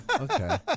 Okay